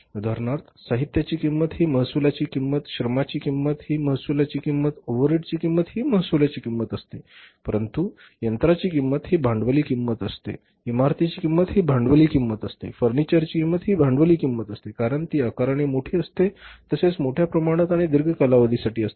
उदाहरणार्थ साहित्याची किंमत ही महसूलाची किंमत श्रमांची किंमत ही महसूल किंमत ओव्हरहेडची किंमत ही महसूल किंमत असते परंतु यंत्राची किंमत ही भांडवली किंमत असते इमारतीची किंमत ही भांडवली किंमत असते फर्निचरची किंमत ही भांडवली किंमत असते कारण ती आकाराने मोठी असतेतसेच मोठ्या प्रमाणात आणि दीर्घ कालावधीसाठी असते